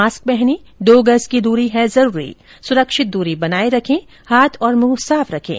mask पहनें दो गज की दूरी है जरूरी सुरक्षित दूरी बनाए रखें हाथ और मुंह साफ रखें